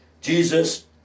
Jesus